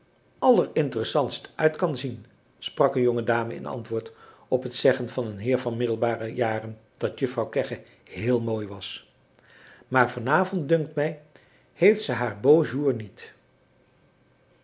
allerinteressantst uit kan zien sprak een jonge dame in antwoord op het zeggen van een heer van middelbare jaren dat juffrouw kegge heel mooi was maar van avond dunkt mij heeft zij haar beau jour niet